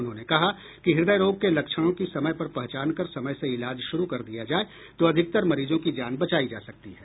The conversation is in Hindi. उन्होंने कहा कि हृदय रोग के लक्षणों की समय पर पहचान कर समय से इलाज शुरू कर दिया जाए तो अधिकतर मरीजों की जान बचाई जा सकती है